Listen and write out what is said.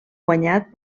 guanyat